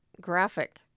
graphic